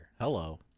Hello